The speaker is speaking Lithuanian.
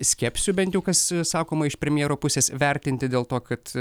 skepsiu bent jau kas sakoma iš premjero pusės vertinti dėl to kad